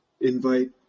invite